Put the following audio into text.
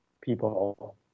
people